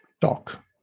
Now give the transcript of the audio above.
talk